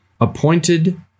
appointed